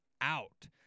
out